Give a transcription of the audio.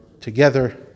together